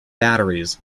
batteries